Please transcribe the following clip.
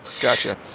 gotcha